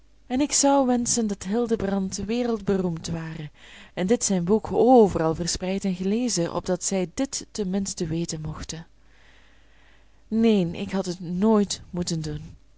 en ik zou wenschen dat hildebrand wereldberoemd ware en dit zijn boek overal verspreid en gelezen opdat zij dit ten minste weten mochten neen ik had het nooit moeten doen